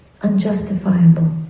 unjustifiable